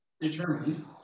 determined